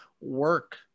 work